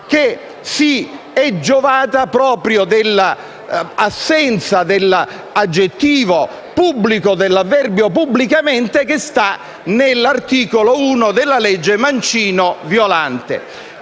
che si è giovata proprio dell'assenza dell'aggettivo "pubblico" e dell'avverbio "pubblicamente", che sta nell'articolo 1 della legge Mancino-Violante.